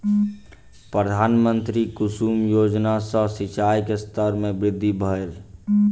प्रधानमंत्री कुसुम योजना सॅ सिचाई के स्तर में वृद्धि भेल